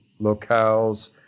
locales